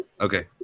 Okay